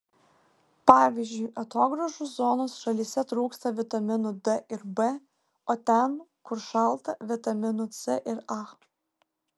pavyzdžiui atogrąžų zonos šalyse trūksta vitaminų d ir b o ten kur šalta vitaminų c ir a